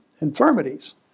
Infirmities